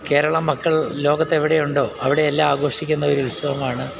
കേരള മക്കൾ ലോകത്തെവിടെയുണ്ടോ അവിടെയെല്ലാം ആഘോഷിക്കുന്ന ഒരു ഉത്സവമാണ്